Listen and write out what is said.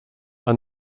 are